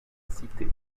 cité